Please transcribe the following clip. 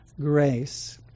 grace